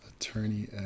Attorney